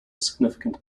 significant